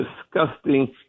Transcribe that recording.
disgusting